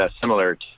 similar